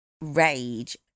rage